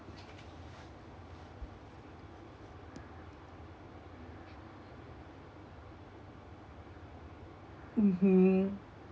mmhmm